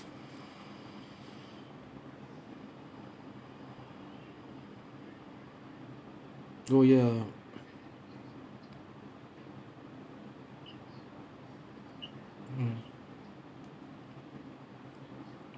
oh ya mm